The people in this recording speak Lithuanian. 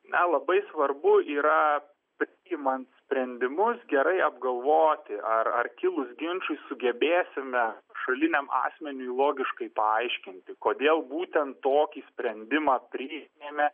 na labai svarbu yra priimant sprendimus gerai apgalvoti ar ar kilus ginčui sugebėsime pašaliniam asmeniui logiškai paaiškinti kodėl būtent tokį sprendimą priėmėme